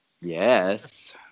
Yes